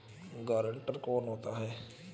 Guarantor कौन होता है?